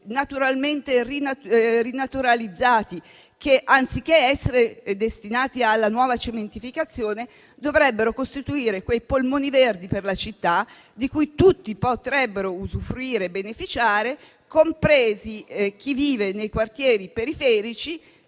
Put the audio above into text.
naturalmente rinaturalizzati e che, anziché essere destinati alla nuova cementificazione, dovrebbero costituire quei polmoni verdi per la città di cui tutti potrebbero usufruire e beneficiare, compreso chi vive nei quartieri periferici